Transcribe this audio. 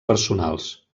personals